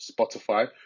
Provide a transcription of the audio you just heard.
spotify